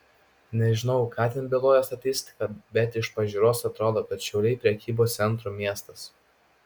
nežinau ką ten byloja statistika bet iš pažiūros atrodo kad šiauliai prekybos centrų miestas